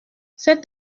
cet